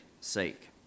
sake